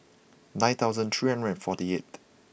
nine thousand three hundred and forty eighth